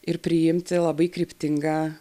ir priimti labai kryptingą